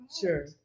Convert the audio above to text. Sure